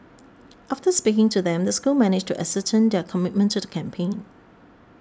after speaking to them the school managed to ascertain their commitment to the campaign